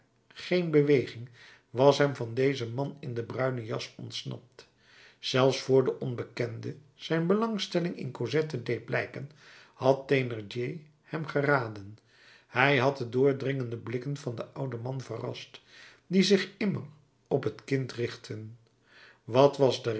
geen beweging was hem van dezen man in de bruine jas ontsnapt zelfs vr de onbekende zijn belangstelling in cosette deed blijken had thénardier hem geraden hij had de doordringende blikken van den ouden man verrast die zich immer op het kind richtten wat was de